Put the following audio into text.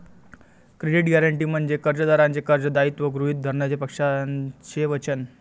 credit guarantee म्हणजे कर्जदाराचे कर्ज दायित्व गृहीत धरण्याचे पक्षाचे वचन